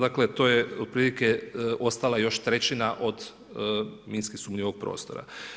Dakle, to je otprilike ostala još trećina od minski sumnjivog prostora.